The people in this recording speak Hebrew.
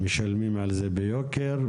משלמים על זה ביוקר.